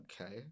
Okay